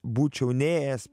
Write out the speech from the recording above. būčiau nėjęs